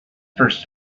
first